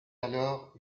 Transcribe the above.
alors